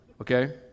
Okay